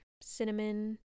cinnamon